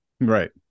Right